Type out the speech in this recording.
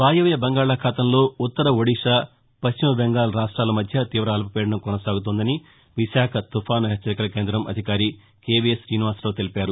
వాయవ్య బంగాళాఖాతంలో ఉత్తర ఒడిషా పశ్చిమ బెంగాల్ రాష్టాల మధ్య తీవ అల్పపీడనం కొనసాగుతోందని విశాఖ తుపాను హెచ్చరికల కేంద్రం అధికారి కేవీఎస్ శ్రీనివాసరావు తెలిపారు